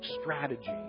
strategy